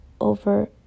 over